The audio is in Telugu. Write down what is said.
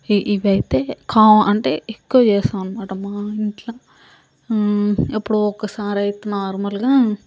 ఇ ఇవి అయితే కా అంటే ఎక్కువ చేస్తాం అనమాట మా ఇంట్ల ఎప్పుడో ఒకసారి అయితే నార్మల్గా